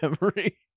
memory